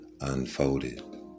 unfolded